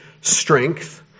strength